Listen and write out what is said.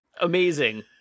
amazing